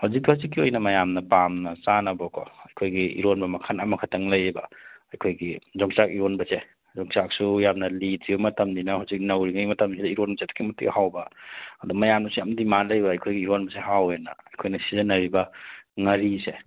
ꯍꯧꯖꯤꯛ ꯍꯧꯖꯤꯛꯀꯤ ꯑꯣꯏꯅ ꯃꯌꯥꯝꯅ ꯄꯥꯝꯅ ꯆꯥꯅꯕꯀꯣ ꯑꯩꯈꯣꯏꯒꯤ ꯏꯔꯣꯟꯕ ꯃꯈꯜ ꯑꯃꯈꯛꯇꯪ ꯂꯩꯌꯦꯕ ꯑꯩꯈꯣꯏꯒꯤ ꯌꯣꯡꯆꯥꯛ ꯏꯔꯣꯟꯕꯁꯦ ꯌꯣꯡꯆꯥꯛꯁꯨ ꯌꯥꯝꯅ ꯂꯤꯗ꯭ꯔꯤꯕ ꯃꯇꯝꯅꯤꯅ ꯍꯧꯖꯤꯛ ꯅꯧꯔꯤꯉꯩ ꯃꯇꯝꯁꯤꯗ ꯏꯔꯣꯟꯕꯁꯤ ꯑꯗꯨꯛꯀꯤ ꯃꯇꯤꯛ ꯍꯥꯎꯕ ꯑꯗꯨ ꯃꯌꯥꯝꯅꯁꯨ ꯌꯥꯝ ꯗꯤꯃꯥꯟ ꯂꯩꯕ ꯑꯩꯈꯣꯏꯒꯤ ꯏꯔꯣꯟꯕꯁꯦ ꯍꯥꯎꯋꯦꯅ ꯑꯩꯈꯣꯏꯅ ꯁꯤꯖꯤꯟꯅꯔꯤꯕ ꯉꯥꯔꯤꯁꯦ